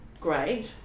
great